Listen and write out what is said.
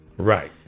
Right